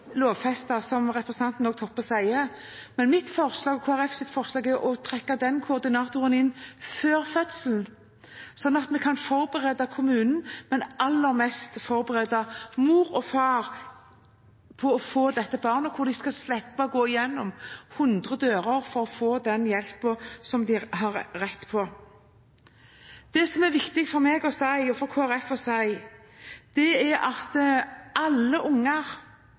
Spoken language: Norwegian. lovfestet, som representanten Toppe sier, men Kristelig Folkepartis forslag er å trekke den koordinatoren inn før fødselen, slik at vi kan forberede kommunen, men aller mest forberede mor og far på å få dette barnet, og at de skal slippe å gå gjennom hundre dører for å få den hjelpen som de har rett på. Det som er viktig for meg og Kristelig Folkeparti å si, er at alle